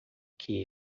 que